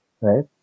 Right